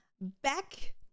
back